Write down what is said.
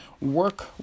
work